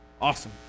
Awesome